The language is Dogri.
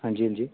हां जी हां जी